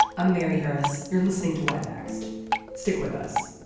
a mary harris. you're listening to what next stick with us